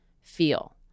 feel